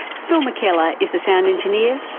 phil mckellar is the sound engineer.